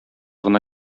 гына